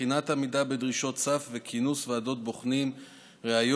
בחינת עמידה בדרישות סף וכינוס ועדות בוחנים או ריאיון.